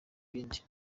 bindi